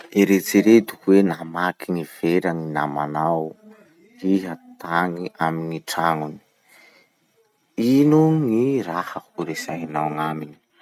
Eritsereto hoe namaky gny vera gny namanao iha tagny amy gny tragnony. Ino gny raha ho resahinao gn'aminy?